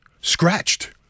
scratched